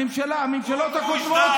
הממשלות הקודמות,